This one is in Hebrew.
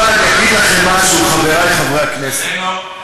אבל אגיד לכם משהו, חברי חברי הכנסת.